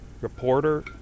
reporter